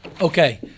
Okay